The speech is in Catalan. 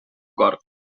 gorg